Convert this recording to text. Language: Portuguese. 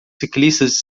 ciclistas